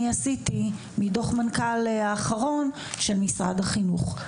עשיתי מדו"ח מנכ"ל האחרון של משרד החינוך,